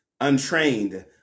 untrained